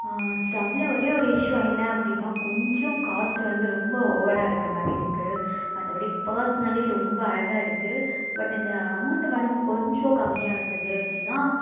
ஸ்டவ்வில் ஒரே ஒரு இஷ்யூ என்ன அப்படின்னா கொஞ்சம் காஸ்ட் வந்து ரொம்ப ஓவராக இருக்க மாதிரி இருக்குது மற்றபடி பர்ஸ்னலி ரொம்ப அழகாக இருக்குது பட் இந்த அமௌன்ட்டு மட்டும் கொஞ்சம் கம்மியாக இருந்தது அப்படின்னா